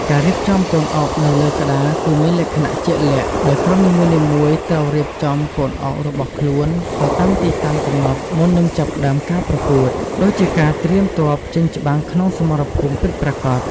ការរៀបចំកូនអុកនៅលើក្តារគឺមានលក្ខណៈជាក់លាក់ ដោយក្រុមនីមួយៗត្រូវរៀបចំកូនអុករបស់ខ្លួនទៅតាមទីតាំងកំណត់មុននឹងចាប់ផ្តើមការប្រកួត ដូចជាការត្រៀមទ័ពចេញច្បាំងក្នុងសមរភូមិពិតប្រាកដ។